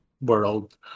world